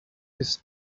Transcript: his